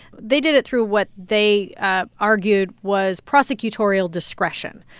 they did it through what they ah argued was prosecutorial discretion.